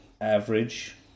average